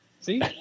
See